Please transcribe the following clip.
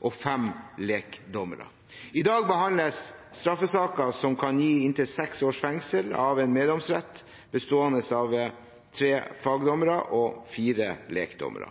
og fem lekdommere. I dag behandles straffesaker som kan gi inntil seks års fengsel, av en meddomsrett bestående av tre fagdommere og fire lekdommere.